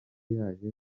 yaje